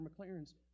McLaren's